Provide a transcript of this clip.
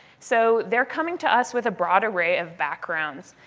so they're coming to us with a broad array of backgrounds.